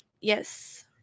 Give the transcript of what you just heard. yes